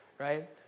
Right